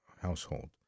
household